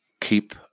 Keep